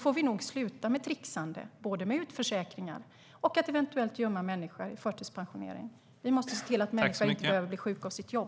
får vi sluta med trixande, med utförsäkringar och med att gömma människor i förtidspensionering. Vi måste se till att människor inte behöver bli sjuka av sitt jobb.